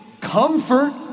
comfort